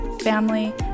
family